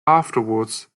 afterwards